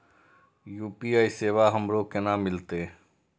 UPI सेवा हमरो केना मिलते?